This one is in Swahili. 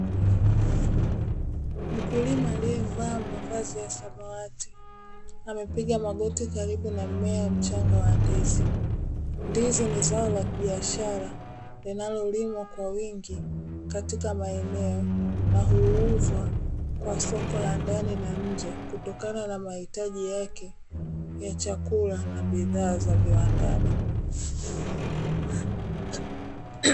Mkulima aliyevaa mavazi ya samawati amepiga magoti karibu na mmea mchanga wa ndizi. Ndizi ni zao la biashara linalolimwa kwa wingi katika maeneo, na huuuzwa kwa soko la ndani na nje kutokana na mahitaji yake ya chakula na bidhaa za viwandani.